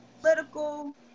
Political